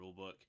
rulebook